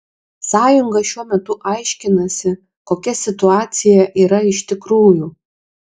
sąjunga šiuo metu aiškinasi kokia situacija yra iš tikrųjų